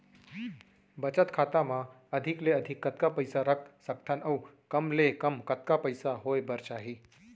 बचत खाता मा अधिक ले अधिक कतका पइसा रख सकथन अऊ कम ले कम कतका पइसा होय बर चाही?